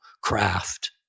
craft